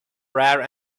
rare